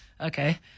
okay